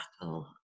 battle